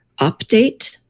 update